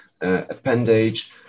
appendage